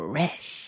Fresh